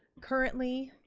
currently,